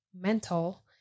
mental